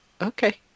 okay